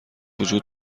وجود